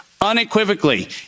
unequivocally